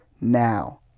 now